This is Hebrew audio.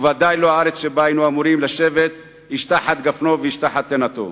וודאי לא הארץ שבה היינו אמורים לשבת בה איש תחת גפנו ואיש תחת תאנתו.